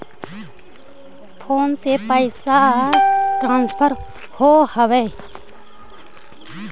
Phone से भी पैसा ट्रांसफर होवहै?